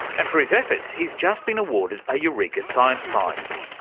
and for his efforts he's just been awarded a eureka science prize.